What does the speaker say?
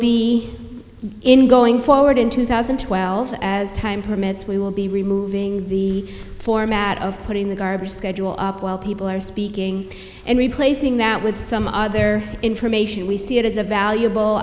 be in going forward in two thousand and twelve as time permits we will be removing the format of putting the garbage schedule up while people are speaking and replacing that with some other information we see it is a valuable